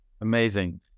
Amazing